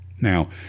Now